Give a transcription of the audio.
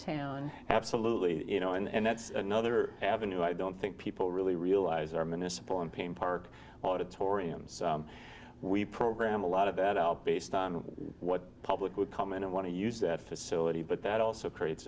town absolutely you know and that's another avenue i don't think people really realize our municipal and pain park auditoriums we program a lot of that out based on what public would come in and want to use that facility but that also creates